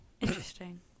interesting